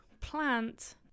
Plant